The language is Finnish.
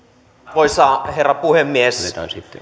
arvoisa herra puhemies